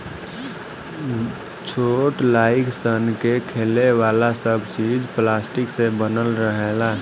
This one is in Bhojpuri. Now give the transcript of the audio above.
छोट लाइक सन के खेले वाला सब चीज़ पलास्टिक से बनल रहेला